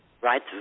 Right